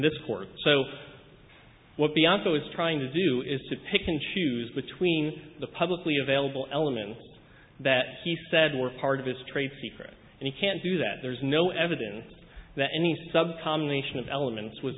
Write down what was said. this court so what bianco is trying to do is to pick and choose between the publicly available elements that he said were part of his trade secret and he can't do that there's no evidence that any sub combination of elements was